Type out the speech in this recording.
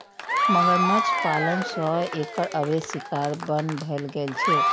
मगरमच्छ पालन सं एकर अवैध शिकार बन्न भए गेल छै